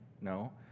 No